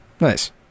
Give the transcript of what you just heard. Nice